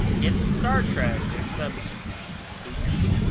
it's star trek! except. spooky?